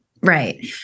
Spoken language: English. Right